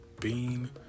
bean